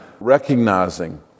recognizing